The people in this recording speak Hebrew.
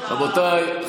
רבותיי.